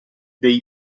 dei